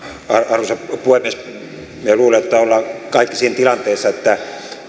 arvoisa puhemies minä luulen että olemme kaikki siinä tilanteessa että